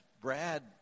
Brad